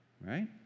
Right